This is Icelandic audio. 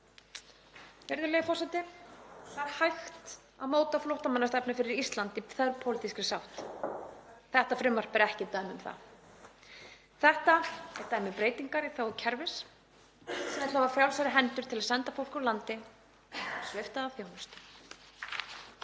Þetta er dæmi um breytingar í þágu kerfis sem vill hafa frjálsari hendur til að senda fólk úr landi og svipta það þjónustu.